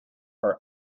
are